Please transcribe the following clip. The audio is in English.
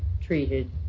treated